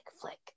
flick